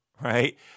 right